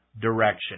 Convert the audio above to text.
Direction